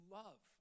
love